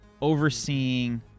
overseeing